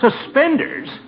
Suspenders